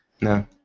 no